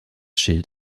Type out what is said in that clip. schild